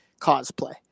cosplay